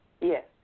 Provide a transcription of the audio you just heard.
Yes